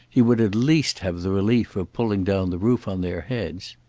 he would at least have the relief of pulling down the roof on their heads.